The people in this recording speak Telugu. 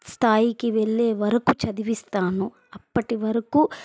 స్థాయికి వెళ్ళే వరకు చదివిస్తాను అప్పటి వరకు